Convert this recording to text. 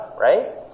right